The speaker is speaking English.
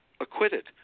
acquitted